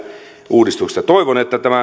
uudistuksesta toivon että tämä